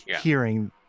hearing